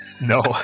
No